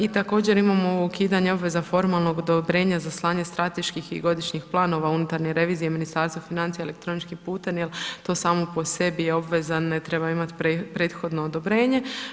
I također imamo ukidanje obveza formalnog odobrenja za slanje strateških i godišnjih planova unutarnje revizije i Ministarstva financija elektroničkim putem jer to samo po sebi je obveza, ne treba imati prethodno odobrenje.